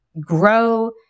grow